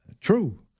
True